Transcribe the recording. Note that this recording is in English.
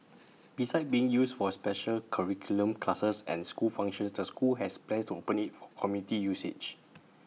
besides being used for special curricular classes and school functions the school has plans to open IT for community usage